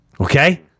Okay